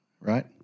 Right